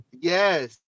yes